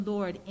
Lord